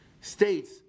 states